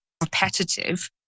repetitive